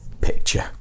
picture